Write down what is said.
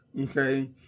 Okay